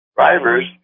drivers